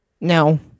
No